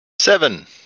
Seven